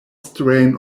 strain